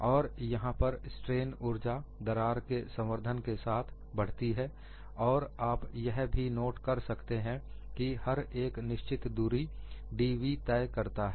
और यहां पर स्ट्रेन ऊर्जा दरार के संवर्धन के साथ बढ़ती है और आप यह भी नोट कर सकते हैं की हर एक निश्चित दूरी dv तय करता है